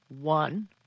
one